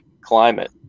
climate